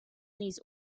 these